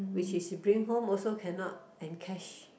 which is you bring home also cannot and cash